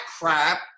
crap